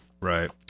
Right